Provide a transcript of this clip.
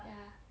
ya